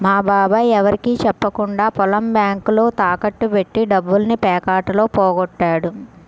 మా బాబాయ్ ఎవరికీ చెప్పకుండా పొలం బ్యేంకులో తాకట్టు బెట్టి డబ్బుల్ని పేకాటలో పోగొట్టాడు